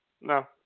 no